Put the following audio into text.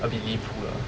a bit 离谱 ah